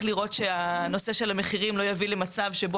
לראות שהנושא של המחירים לא יוביל למצב שבו